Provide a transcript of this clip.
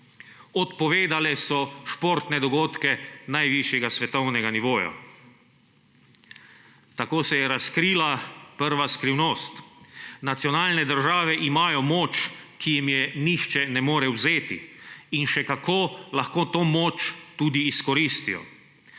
odpovedale so športne dogodke najvišjega svetovnega nivoja. Tako se je razkrila prva skrivnost. Nacionalne države imajo moč, ki jim je nihče ne more vzeti, in še kako lahko to moč tudi izkoristijo.